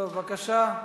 טוב, בבקשה.